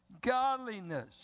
godliness